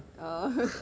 oh